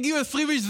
יגיעו 20 איש,